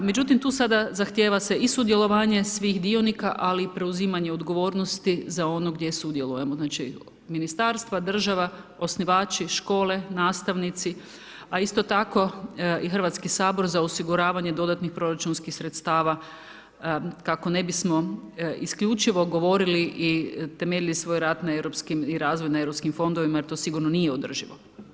Međutim, tu sada zahtjeva se i sudjelovanje svih dionika ali i preuzimanje odgovornosti za ono gdje sudjelujemo, znači ministarstva, država, osnivači, škole, nastavnici a isto tako i Hrvatski sabor za osiguravanje dodatnih proračunskih sredstava kako ne bismo isključivo govorili i temeljili svoj rad na europskim i razvoj na europskim fondovima, jer to sigurno nije održivo.